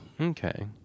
okay